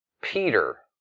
Peter